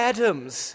Adams